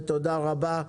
תודה רבה.